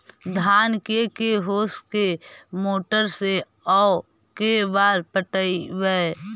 धान के के होंस के मोटर से औ के बार पटइबै?